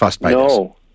No